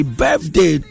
birthday